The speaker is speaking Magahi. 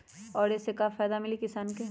और ये से का फायदा मिली किसान के?